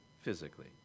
physically